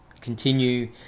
continue